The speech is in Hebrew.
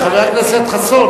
חבר הכנסת חסון.